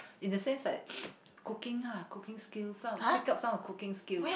in the sense like cooking ah cooking skills some pick up some of cooking skills